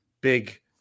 big